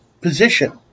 position